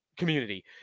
community